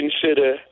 consider